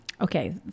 Okay